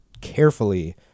carefully